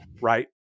right